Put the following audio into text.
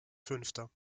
fünfter